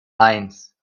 eins